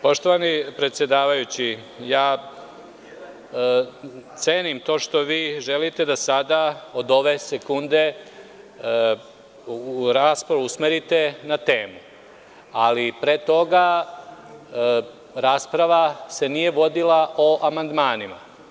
Poštovani predsedavajući, cenim to što vi želite da sada od ove sekunde raspravu usmerite na temu, ali pre toga rasprava se nije vodila o amandmanima.